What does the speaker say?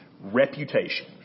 reputation